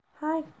Hi